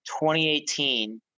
2018